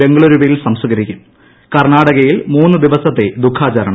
ബംഗളൂരുവിൽ സംസ്ക്കരിക്കും കർണാടകയിൽ മൂന്ന് ദിവസത്തെ ദുഖാചരണം